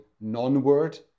non-word